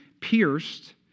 pierced